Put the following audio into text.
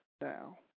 now